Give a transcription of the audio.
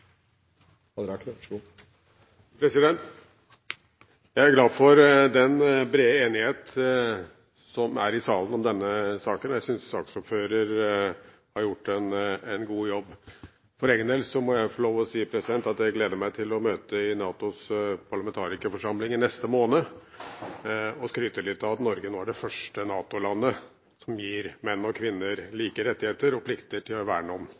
glad for den brede enighet som er i salen om denne saken. Jeg synes saksordføreren har gjort en god jobb. For egen del må jeg få lov til å si at jeg gleder meg til å møte i NATOs parlamentarikerforsamling i neste måned og skryte litt av at Norge er det første NATO-landet som gir menn og kvinner like rettigheter og plikter til å verne